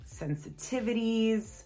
sensitivities